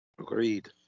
Agreed